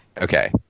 Okay